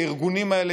הארגונים האלה,